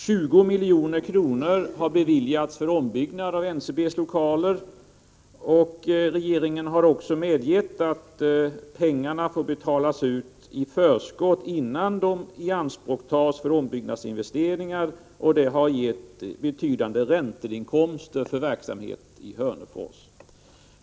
20 milj.kr. har beviljats för ombyggnad av NCB:s lokaler, och regeringen har medgett att pengarna får betalas ut i förskott, innan de ianspråktas för ombyggnadsinvesteringar, vilket har gett betydande ränteinkomster för verksamhet i Hörnefors.